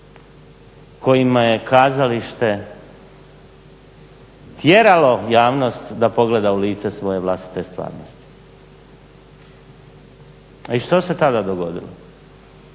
kojima je kazalište tjeralo javnost da pogleda u lice svoje vlastite stranke. I što se tada dogodilo,